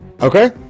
Okay